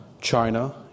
China